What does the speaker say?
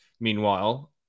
meanwhile